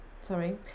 sorry